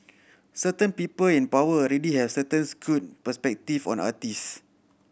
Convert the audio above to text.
certain people in power already have a certain skewed perspective on artist